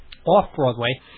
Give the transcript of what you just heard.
off-Broadway